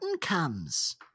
comes